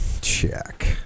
check